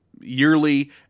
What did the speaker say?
yearly